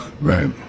Right